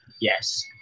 Yes